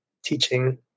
Teaching